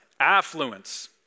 Affluence